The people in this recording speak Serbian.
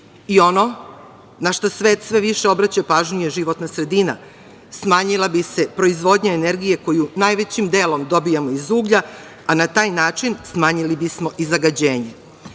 i ono na šta svet sve više obraća pažnju je životna sredina, smanjila bi se proizvodnja energije koju najvećim delom dobijamo iz uglja, a na taj način smanjili bi smo i zagađenje. Moje